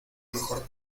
mejor